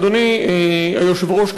אדוני היושב-ראש,